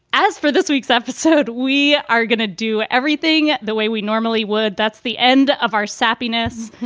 as for this week's episode, we are going to do everything the way we normally would. that's the end of our subpoenas.